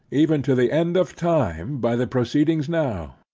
even to the end of time, by the proceedings now.